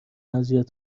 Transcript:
اذیت